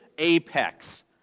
apex